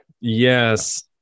Yes